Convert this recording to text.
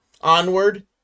Onward